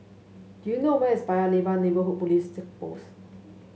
do you know where is Paya Lebar Neighbourhood Police Post